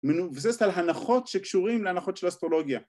‫ומנובסס על הנחות ‫שקשורים להנחות של אסטרולוגיה.